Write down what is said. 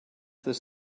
this